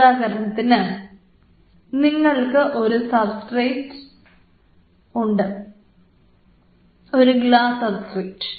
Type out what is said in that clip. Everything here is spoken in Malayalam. ഉദാഹരണത്തിന് നിങ്ങൾക്ക് ഒരു സബ്സ്ട്രേറ്റ് ഉണ്ട് ഒരു ഗ്ലാസ് സബ്സ്ട്രേറ്റ്